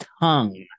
tongue